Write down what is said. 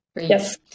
Yes